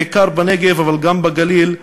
בעיקר בנגב אבל גם בגליל,